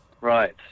right